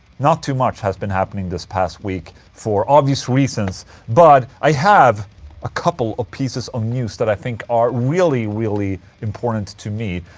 not too much has been happening this past week for obvious reasons but i have a couple of pieces of news that i think are really really important to me